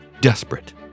desperate